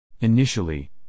Initially